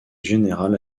générale